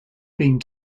being